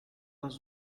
les